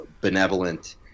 benevolent